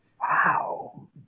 Wow